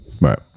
Right